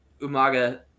Umaga